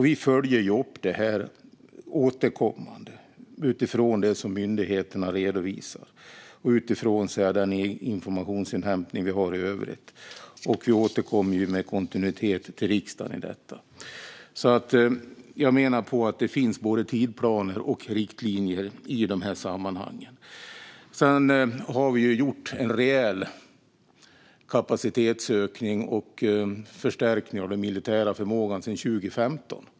Vi följer upp detta återkommande utifrån det som myndigheterna redovisar och den information som vi har i övrigt, och vi återkommer med kontinuitet till riksdagen om detta. Jag menar att det finns både tidsplaner och riktlinjer. Sedan har vi gjort en rejäl kapacitetsökning och förstärkning av den militära förmågan sedan 2015.